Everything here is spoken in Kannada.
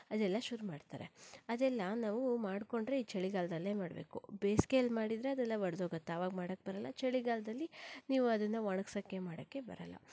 ಅದೆಲ್ಲ ಶುರು ಮಾಡ್ತಾರೆ ಅದೆಲ್ಲ ನಾವು ಮಾಡಿಕೊಂಡರೆ ಈ ಚಳಿಗಾಲದಲ್ಲೇ ಮಾಡಬೇಕು ಬೇಸಿಗೆಯಲ್ಲಿ ಮಾಡಿದರೆ ಅದೆಲ್ಲ ಒಡೆದು ಹೋಗತ್ತೆ ಆವಾಗ ಮಾಡಕ್ಕೆ ಬರಲ್ಲ ಚಳಿಗಾಲದಲ್ಲಿ ನೀವು ಅದನ್ನು ಒಣಗ್ಸಕ್ಕೆ ಮಾಡಕ್ಕೆ ಬರಲ್ಲ